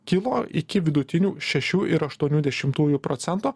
kilo iki vidutinių šešių ir aštuonių dešimtųjų procento